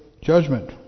Judgment